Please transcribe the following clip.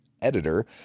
editor